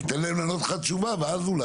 תן להם לענות לך תשובה ואז.